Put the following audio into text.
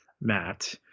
Matt